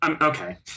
okay